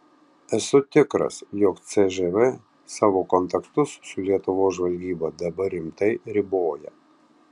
esu tikras jog cžv savo kontaktus su lietuvos žvalgyba dabar rimtai riboja